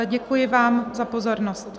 Děkuji vám za pozornost.